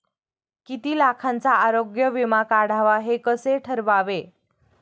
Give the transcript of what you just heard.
किती लाखाचा आरोग्य विमा काढावा हे कसे ठरवावे?